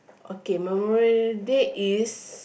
okay memorable date is